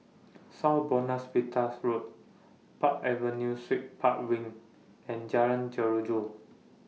South Buona Vista Road Park Avenue Suites Park Wing and Jalan Jeruju